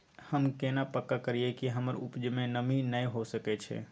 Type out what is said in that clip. हम केना पक्का करियै कि हमर उपजा में नमी नय होय सके छै?